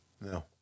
No